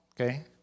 okay